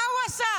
מה הוא עשה?